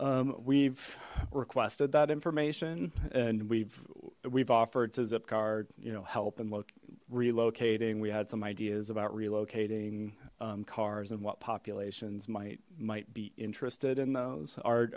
vehicles we've requested that information and we've we've offered to zip card you know help and look relocating we had some ideas about relocating cars and what populations might might be interested in those ar